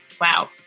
Wow